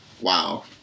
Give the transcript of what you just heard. Wow